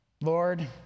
Lord